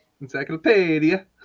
Encyclopedia